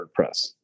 WordPress